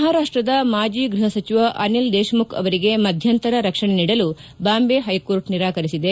ಮಹಾರಾಷ್ಟದ ಮಾಜಿ ಗೃಹ ಸಚಿವ ಅನಿಲ್ ದೇಶ್ಮುಖ್ ಅವರಿಗೆ ಮಧ್ಯಂತರ ರಕ್ಷಣೆ ನೀಡಲು ಬಾಂಬೆ ಹೈಕೋರ್ಟ್ ನಿರಾಕರಿಸಿದೆ